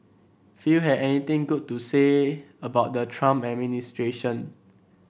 few had anything good to say about the Trump administration